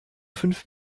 fünf